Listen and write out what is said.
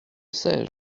sais